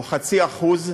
הוא 0.5% 0.5%,